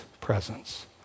presence